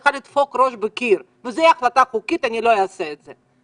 צריכה לדפוק את הראש בקיר וזו תהיה החלטה חוקית אני לא אעשה את זה.